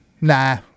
Nah